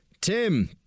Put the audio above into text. Tim